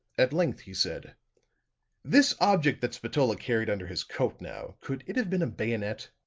at length he said this object that spatola carried under his coat, now. could it have been a bayonet?